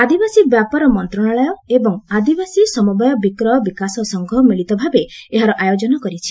ଆଦିବାସୀ ବ୍ୟାପାର ମନ୍ତ୍ରଣାଳୟ ଏବଂ ଆଦିବାସୀ ସମବାୟ ବିକ୍ୟ ବିକାଶ ସଂଘର ମିଳିତ ଭାବେ ଏହାର ଆୟୋଜନ କରିଛନ୍ତି